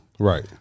right